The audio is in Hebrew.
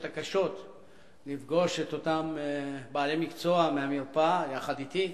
הקשות לפגוש את אותם בעלי מקצוע מהמרפאה יחד אתי,